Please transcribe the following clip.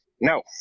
no